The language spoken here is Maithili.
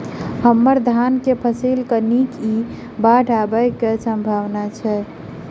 हम्मर धान केँ फसल नीक इ बाढ़ आबै कऽ की सम्भावना छै?